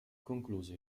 concluso